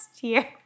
year